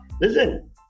listen